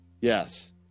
Yes